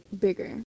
bigger